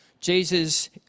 Jesus